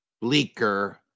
bleaker